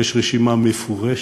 יש רשימה מפורשת,